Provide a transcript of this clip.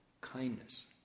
Kindness